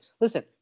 listen